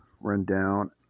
rundown